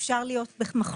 אפשר להיות במחלוקת,